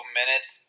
minutes